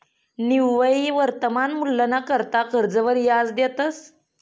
निव्वय वर्तमान मूल्यना करता कर्जवर याज देतंस